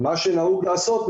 מה שנהוג לעשות,